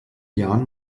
jahren